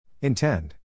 Intend